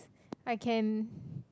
I can